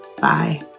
Bye